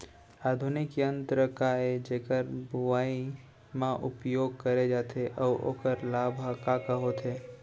आधुनिक यंत्र का ए जेकर बुवाई म उपयोग करे जाथे अऊ ओखर लाभ ह का का होथे?